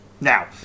now